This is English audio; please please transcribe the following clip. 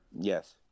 yes